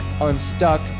Unstuck